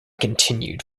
continued